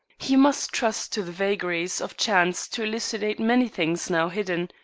he must trust to the vagaries of chance to elucidate many things now hidden.